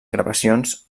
gravacions